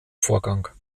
vorgang